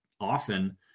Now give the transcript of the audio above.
often